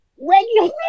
regular